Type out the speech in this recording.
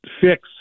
fix